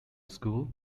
school